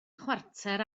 chwarter